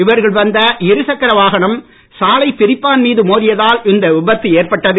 இவர்கள் வந்த இரு சக்கர வாகனம் சாலைப் பிரிப்பான் மீது மோதியதால் இந்த விபத்து ஏற்பட்டது